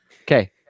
Okay